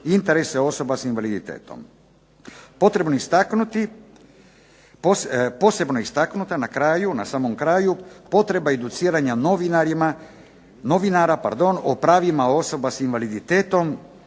interese osoba sa invaliditetom. Posebno je istaknuto na kraju potreba educiranja novinara o pravima osoba s invaliditetom